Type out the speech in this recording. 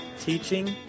teaching